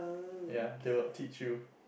ya they will teach you